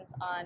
on